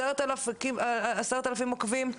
10 אלפים עוקבים,